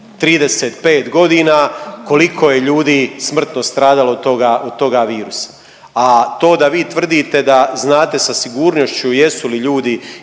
35 godina koliko je ljudi smrtno stradalo od toga, od toga virusa. A to da vi tvrdite da znate sa sigurnošću jesu li ljudi